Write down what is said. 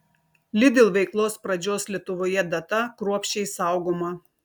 lidl veiklos pradžios lietuvoje data kruopščiai saugoma